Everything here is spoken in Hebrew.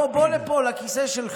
בוא לפה, לכיסא שלך,